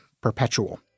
Perpetual